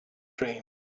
dream